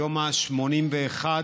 היום ה-81.